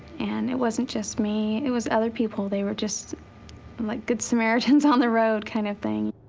and it wasn't just me. it was other people. they were just and like good samaritans on the road kind of thing.